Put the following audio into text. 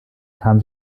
kam